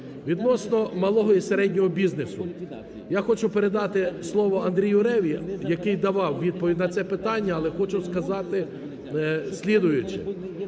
Відносно малого і середнього бізнесу. Я хочу передати слово Андрію Реві, який давав відповідь на це питання, але хочу сказати наступне.